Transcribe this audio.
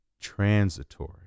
transitory